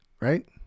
right